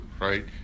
right